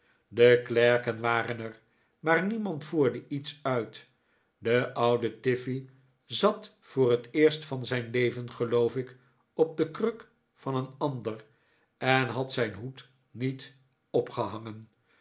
de klerken waren er maar niemand voerde iets uit de oude tiffey zat voor het eerst van zijn leven geloof ik op de kruk van een ander en had zijn hoed niet opgehangen